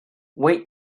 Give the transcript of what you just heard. weight